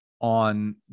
on